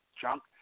junk